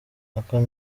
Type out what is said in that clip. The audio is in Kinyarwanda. akon